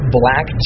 black